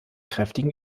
kräftigen